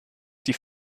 die